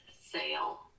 sale